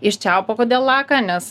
iš čiaupo kodėl laka nes